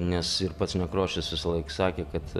nes ir pats nekrošius visąlaik sakė kad